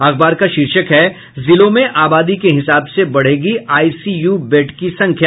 अखबार का शीर्षक है जिलों में आबादी के हिसाब से बढ़ेगी आईसीयू बेड की संख्या